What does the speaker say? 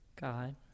God